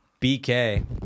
BK